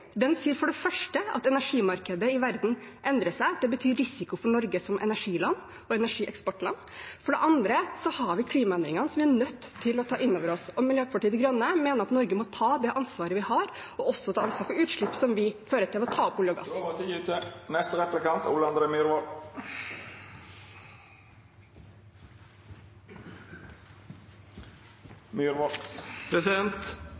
Den sier for det første at energimarkedet i verden endrer seg. Det betyr risiko for Norge som energiland og energieksportland. For det andre har vi klimaendringene, som vi er nødt til å ta inn over oss. Og Miljøpartiet De Grønne mener at Norge må ta det ansvaret vi har, og ta ansvar for utslipp som det at vi tar opp olje og gass, fører til.